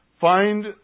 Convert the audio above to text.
Find